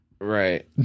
Right